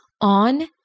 on